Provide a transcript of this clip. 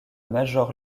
major